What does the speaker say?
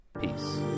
Peace